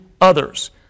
others